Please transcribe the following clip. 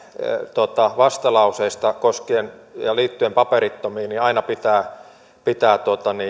vastalauseesta liittyen paperittomiin niin aina pitää pitää